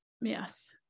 Yes